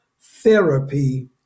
therapy